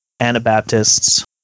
Anabaptists